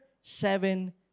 seven